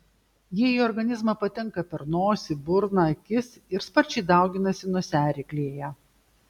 jie į organizmą patenka per nosį burną akis ir sparčiai dauginasi nosiaryklėje